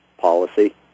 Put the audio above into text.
policy